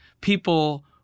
people